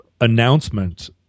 announcement